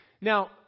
Now